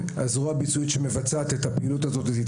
הזרוע שמבצעת את הפעילות הזאת של מועדוני הספורט